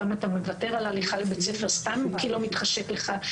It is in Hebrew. פעם אתה מוותר על הליכה לבית הספר סתם כי לא מתחשק לך.